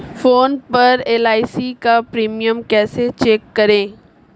Phone पर एल.आई.सी का premium कैसे चेक करें?